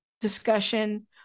discussion